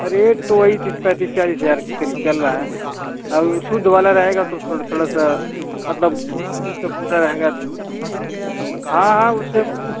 rate तो वही तीस पैंतीस चालीस हजार के करीब चल रहा है और वो शुद्ध वाला रहेगा तो थोड़ थोड़ा सा मतलब चौबीस का पूरा रहेगा तो हाँ हाँ उससे उ उस